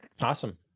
Awesome